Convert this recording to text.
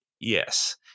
Yes